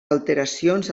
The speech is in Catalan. alteracions